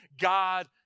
God